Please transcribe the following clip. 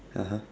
(uh huh)